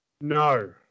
No